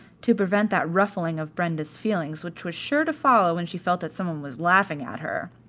to prevent that ruffling of brenda's feelings which was sure to follow when she felt that some one was laughing at her,